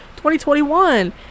2021